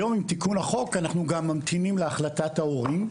היום עם תיקון החוק אנחנו גם ממתינים להחלטת ההורים,